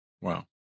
Wow